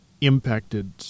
impacted